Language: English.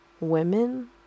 women